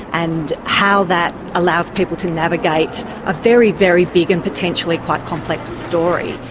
and how that allows people to navigate a very, very big and potentially quite complex story.